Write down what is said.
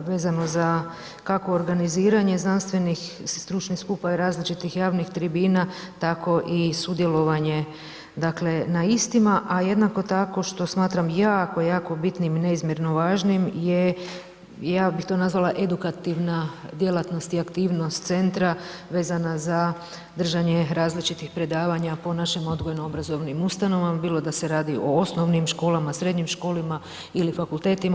vezano za kako organiziranje znanstvenih i stručnih skupova i različitih javnih tribina, tako i sudjelovanje na istima, a jednako tako što smatram jako, jako bitnim i neizmjerno važnim je ja bih to nazvala edukativna djelatnost i aktivnost centra vezana za držanje različitih predavanja po našem odgojno-obrazovnim ustanovama bilo da se radi o osnovnim školama, srednjim školama ili fakultetima.